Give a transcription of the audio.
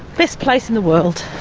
best place in the world.